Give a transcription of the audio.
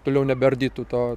toliau nebeardytų to